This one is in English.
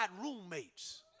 roommates